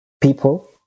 people